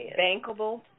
Bankable